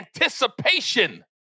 anticipation